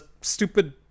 stupid